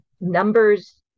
numbers